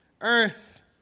Earth